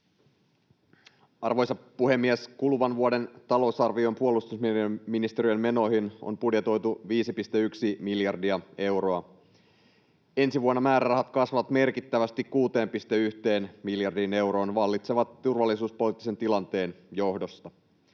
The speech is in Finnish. Arvoisa puhemies! Kuluvan vuoden talousarvion puolustusministeriön menoihin on budjetoitu 5,1 miljardia euroa. Ensi vuonna määrärahat kasvavat merkittävästi, 6,1 miljardiin euroon, vallitsevan turvallisuuspoliittisen tilanteen johdosta.